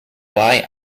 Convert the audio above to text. why